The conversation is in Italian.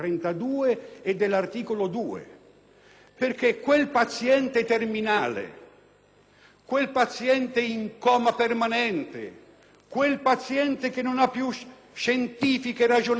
quel paziente in coma permanente, quel paziente che non ha più scientifiche e ragionevoli speranze di vita, quel paziente è ancora un uomo che ha la sua dignità